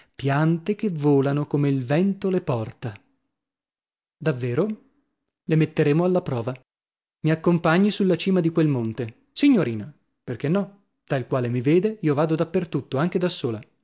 piante che volano come il vento le porta davvero le metteremo alla prova mi accompagni sulla cima di quel monte signorina perchè no tal quale mi vede io vado da per tutto anche da sola